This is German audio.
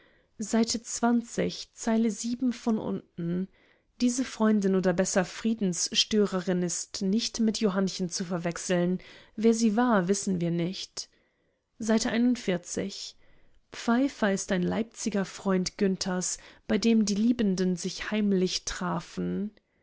s von unten diese freundin oder besser friedensstörerin ist nicht mit johannchen zu verwechseln wer sie war wissen wir nicht s pfeifer ist ein leipziger freund günthers bei dem die liebenden sich heimlich trafen